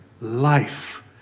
Life